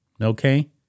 Okay